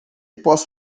posso